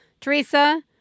Teresa